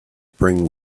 bring